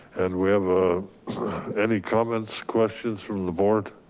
and we have ah any comments questions from the board?